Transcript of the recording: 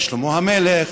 לשלמה המלך,